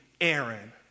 Aaron